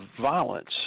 violence